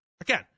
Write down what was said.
again